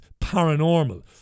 paranormal